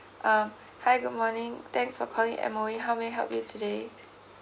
uh hi good morning thanks for calling M_O_E how may I help you today